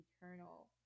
eternal